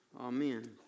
Amen